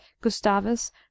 Gustavus